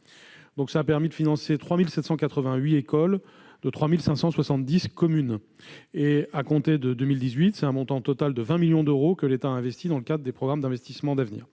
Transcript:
a permis de financer 3 788 écoles de 3 570 communes. À compter de 2018, c'est un montant total de 20 millions d'euros que l'État a mobilisés dans le cadre des programmes d'investissements d'avenir